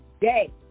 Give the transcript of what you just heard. Day